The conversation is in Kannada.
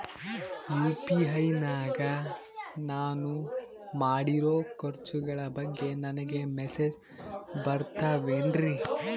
ಯು.ಪಿ.ಐ ನಾಗ ನಾನು ಮಾಡಿರೋ ಖರ್ಚುಗಳ ಬಗ್ಗೆ ನನಗೆ ಮೆಸೇಜ್ ಬರುತ್ತಾವೇನ್ರಿ?